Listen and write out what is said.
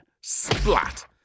Splat